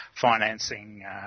financing